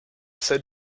said